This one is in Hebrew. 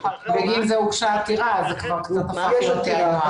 בגין זה הוגשה העתירה, אז כבר הפך להיות היינו הך.